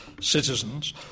citizens